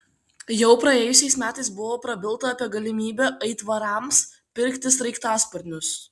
jau praėjusiais metais buvo prabilta apie galimybę aitvarams pirkti sraigtasparnius